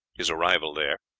his arrival there,